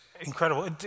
incredible